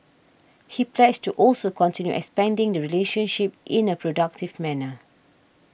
he pledged to also continue expanding the relationship in a productive manner